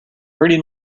hurting